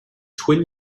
twin